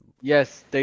Yes